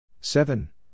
seven